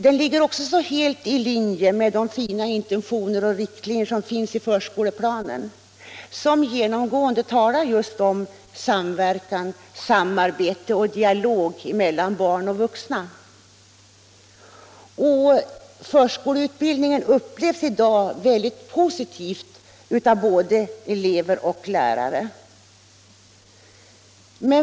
Den ligger också helt i linje med de fina intentioner och riktlinjer som finns i förskoleplanen, som genomgående talar om samverkan, samarbete och dialog mellan barn och vuxna. Förskoleutbildningen upplevs i dag också mycket positivt av både elever och lärare.